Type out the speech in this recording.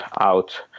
out